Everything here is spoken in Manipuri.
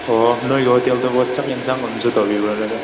ꯑꯣ ꯅꯣꯏꯒꯤ ꯍꯣꯇꯦꯜꯗꯨꯕꯨ ꯆꯥꯛ ꯑꯦꯟꯁꯥꯡꯒꯨꯝꯕꯁꯨ ꯇꯧꯕꯤꯕꯔꯣꯅꯦ ꯑꯗꯨ